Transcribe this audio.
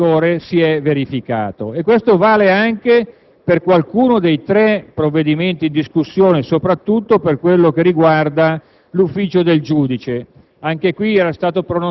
fosse entrata in vigore. Ciò vale anche per qualcuno dei tre provvedimenti in discussione, soprattutto per quello che riguarda l'Ufficio del giudice.